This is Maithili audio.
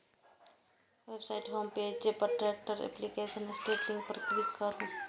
वेबसाइट के होम पेज पर ट्रैक एप्लीकेशन स्टेटस लिंक पर क्लिक करू